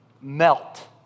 melt